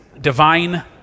divine